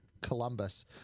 Columbus